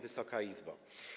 Wysoka Izbo!